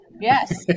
Yes